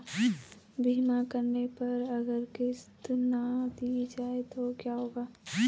बीमा करने पर अगर किश्त ना दी जाये तो क्या होगा?